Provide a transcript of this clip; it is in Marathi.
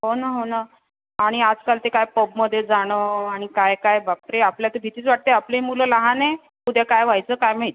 हो ना हो ना आणि आजकालचे काय पबमध्ये जाणं आणि काय काय बाप रे आपल्याला तर भीतीच वाटते आपली मुलं लहान आहे उद्या काय व्हायचं काय माहीत